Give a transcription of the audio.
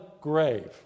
grave